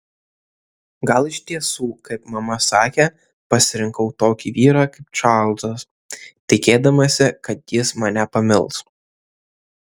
gal iš tiesų kaip mama sakė pasirinkau tokį vyrą kaip čarlzas tikėdamasi kad jis mane pamils